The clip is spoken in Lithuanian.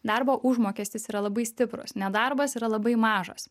darbo užmokestis yra labai stiprūs nedarbas yra labai mažas